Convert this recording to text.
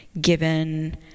given